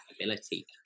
ability